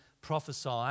prophesy